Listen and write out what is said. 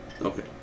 Okay